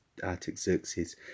Artaxerxes